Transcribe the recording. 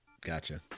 Gotcha